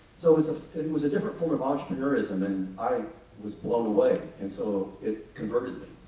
so, it was ah was a different form of entrepreneurism, and i was blown away and, so, it converted me.